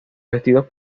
vestidos